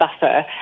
buffer